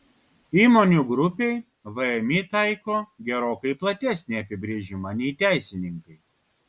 įmonių grupei vmi taiko gerokai platesnį apibrėžimą nei teisininkai